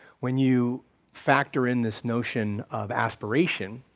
when you factor in this notion of aspiration,